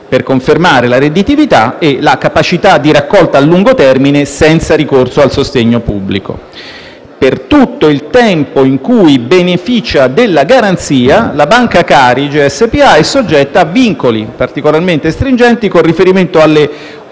per confermare la redditività e la capacità di raccolta a lungo termine senza ricorso al sostegno pubblico. Per tutto il tempo in cui beneficia della garanzia, la Banca Carige SpA è soggetta a vincoli particolarmente stringenti con riferimento alle